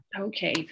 okay